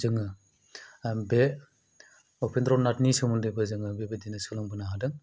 जोङो बे उफेन्द्रनाथनि सोमोन्दैबो जोङो बेबायदिनो सोलोंबोनो हादों